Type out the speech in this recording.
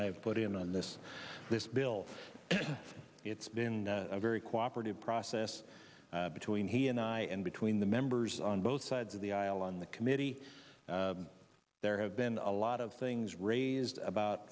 have put in on this this bill it's been a very cooperated process between he and i and between the members on both sides of the aisle on the committee there have been a lot of things raised about